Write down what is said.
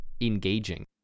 engaging